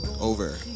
over